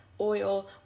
oil